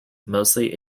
mostly